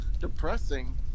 depressing